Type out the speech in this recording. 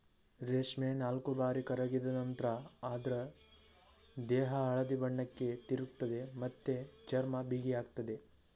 ರೇಷ್ಮೆ ನಾಲ್ಕುಬಾರಿ ಕರಗಿದ ನಂತ್ರ ಅದ್ರ ದೇಹ ಹಳದಿ ಬಣ್ಣಕ್ಕೆ ತಿರುಗ್ತದೆ ಮತ್ತೆ ಚರ್ಮ ಬಿಗಿಯಾಗ್ತದೆ